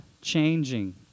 changing